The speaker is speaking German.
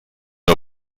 nur